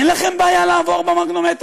אין לכם בעיה לעבור במגנומטרים?